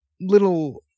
little